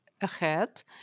ahead